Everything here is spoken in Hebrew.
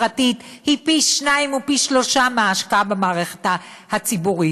הפרטית היא פי שניים או פי שלושה מההשקעה במערכת הציבורית.